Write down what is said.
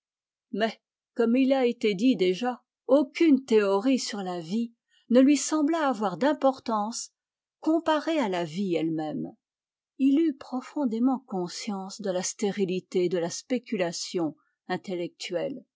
mais comme il a été dit déjà aucune théorie sur la vie ne lui sembla avoir d'importance comparée à la vie elle-même eut profondément conscience de la stérilité de la spéculation intellectuelle